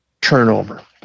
turnover